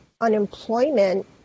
unemployment